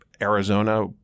Arizona